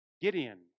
Gideon